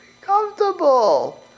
Comfortable